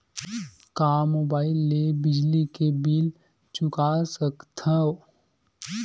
का मुबाइल ले बिजली के बिल चुका सकथव?